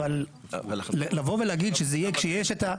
אבל לבוא ולהגיד שיש את זה,